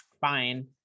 Fine